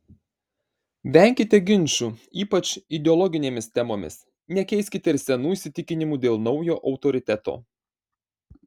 venkite ginčų ypač ideologinėmis temomis nekeiskite ir senų įsitikinimų dėl naujo autoriteto